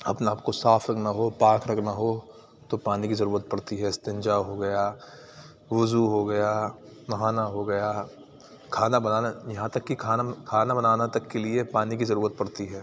اپنے آپ کو صاف رکھنا ہو پاک رکھنا ہو تو پانی کی ضرورت پڑتی ہے استنجا ہوگیا وضو ہوگیا نہانا ہوگیا کھانا بنانا یہاں تک کہ کھانا کھانا بنانا تک کے لیے پانی کی ضرورت پڑتی ہے